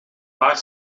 paar